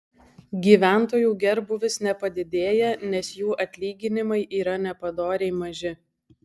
gyventojų gerbūvis nepadidėja nes jų atlyginimai yra nepadoriai maži